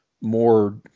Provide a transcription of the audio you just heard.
more